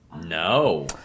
No